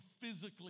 physically